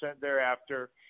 thereafter